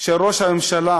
של ראש הממשלה